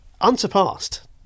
Unsurpassed